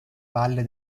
valle